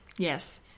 Yes